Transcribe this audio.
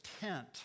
tent